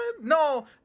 No